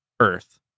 Earth